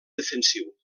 defensiu